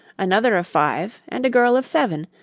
another of five, and a girl of seven.